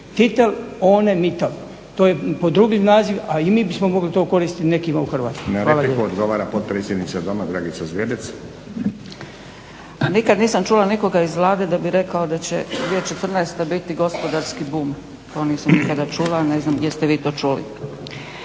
Titel ohne Mittel, to je podrugljiv naziv a i mi bismo mogli to koristiti nekima u Hrvatskoj.